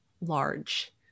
large